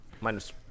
Minus